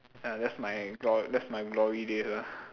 ya that's my glo~ that's my glory days ah